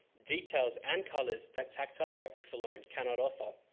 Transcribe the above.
details and colours that tactile graphics alone cannot offer.